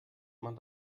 man